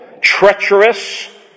treacherous